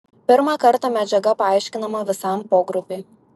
pirmą kartą medžiaga paaiškinama visam pogrupiui